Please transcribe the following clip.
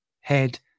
head